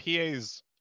PA's